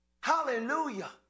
Hallelujah